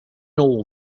all